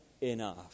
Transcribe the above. enough